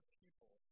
people